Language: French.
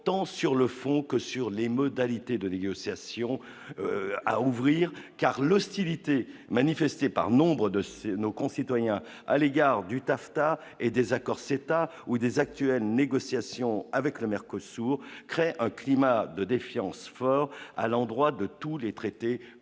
tant sur le fond que sur les modalités de négociation à ouvrir, car l'hostilité manifestée par nombre de ses nos concitoyens à l'égard du taffetas et désaccords c'est ou des actuelles négociations avec le Mercosur sous crée un climat de défiance fort à l'endroit de tous les traités